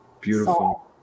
Beautiful